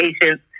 patience